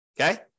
Okay